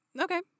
okay